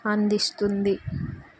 అందిస్తుంది